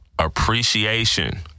appreciation